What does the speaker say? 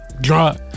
Drunk